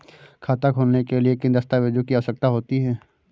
खाता खोलने के लिए किन दस्तावेजों की आवश्यकता होती है?